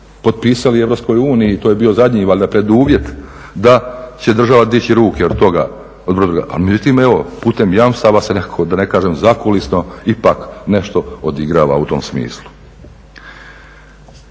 potpisali EU i to je bio zadnji valjda preduvjet da će država dići ruke od toga, od brodogradnje, međutim evo putem jamstava se nekako da ne kažem zakulisno ipak nešto odigrava u tom smislu.